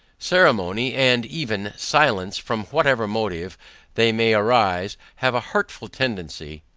ceremony, and even, silence, from whatever motive they may arise, have a hurtful tendency,